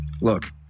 Look